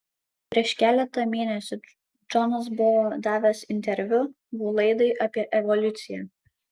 prieš keletą mėnesių džonas buvo davęs interviu jų laidai apie evoliuciją